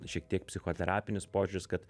šiek tiek psichoterapinis požiūris kad